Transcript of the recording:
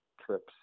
trips